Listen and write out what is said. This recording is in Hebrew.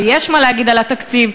ויש מה להגיד על התקציב,